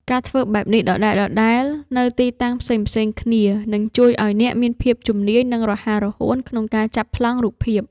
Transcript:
ការធ្វើបែបនេះដដែលៗនៅទីតាំងផ្សេងៗគ្នា នឹងជួយឱ្យអ្នកមានភាពជំនាញ និងរហ័សរហួនក្នុងការចាប់ប្លង់រូបភាព។